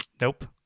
Nope